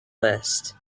list